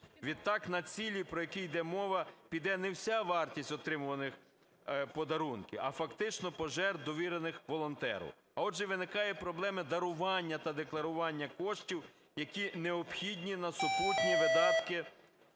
Відтак на цілі, про які йде мова, піде не вся вартість отримуваних подарунків, а фактично пожертв, довірених волонтеру. А отже, виникає проблема дарування та декларування коштів, які необхідні на супутні видатки,